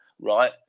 Right